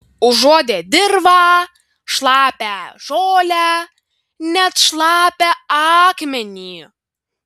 užuodė dirvą šlapią žolę net šlapią akmenį